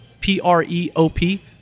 P-R-E-O-P